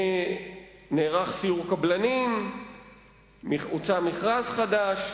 נערך סיור קבלנים, הוצא מכרז חדש,